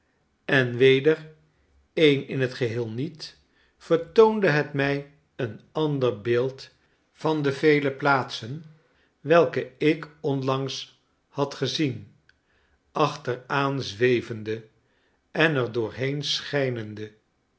en weder een in het geheel niet vertoonde het mij een ander beeld van de vele plaatsen welke ik onlangs had gezien achteraan zwevende en er doorheen schijnende